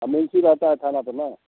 हम एक ही रहता है थाने पर ना